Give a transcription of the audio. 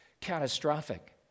catastrophic